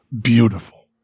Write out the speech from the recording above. beautiful